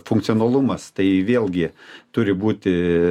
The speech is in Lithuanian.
funkcionalumas tai vėlgi turi būti